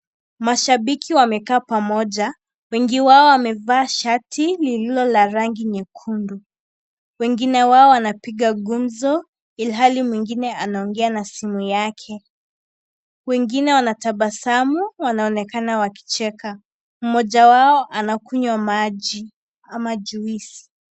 Mashabiki wamekaa pamoja, wengi wao wamevaa shati lililo la rangi nyekundu. Wengine wao wanapiga kumzo ilihali mwingine anaongea na simu yake. Wengine wanatabasamu wanaonenakana wakicheka. Mmoja wao anakunywa maji ama juisi.